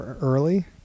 early